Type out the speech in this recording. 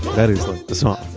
that is the song